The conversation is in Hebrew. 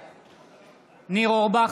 בעד ניר אורבך,